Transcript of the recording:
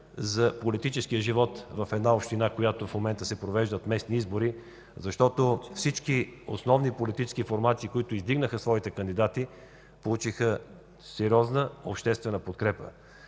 за политическия живот в една община, в която в момента се провеждат местни избори. Там всички основни политически формации, които издигнаха своите кандидати, получиха сериозна обществена подкрепа.